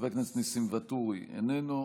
חבר הכנסת ניסים ואטורי, איננו.